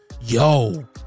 Yo